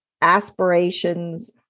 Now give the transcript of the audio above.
aspirations